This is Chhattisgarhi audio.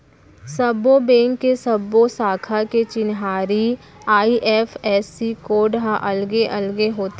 सब्बो बेंक के सब्बो साखा के चिन्हारी आई.एफ.एस.सी कोड ह अलगे अलगे होथे